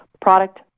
product